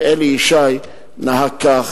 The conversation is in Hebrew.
אלי ישי נהג כך,